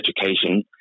education